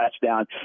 touchdown